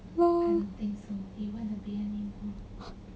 LOL